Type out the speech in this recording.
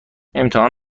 امتحان